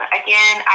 again